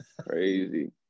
Crazy